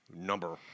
number